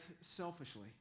selfishly